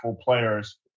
players